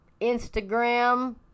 Instagram